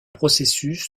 processus